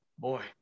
Boy